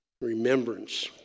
Remembrance